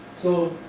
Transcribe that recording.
so,